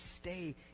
stay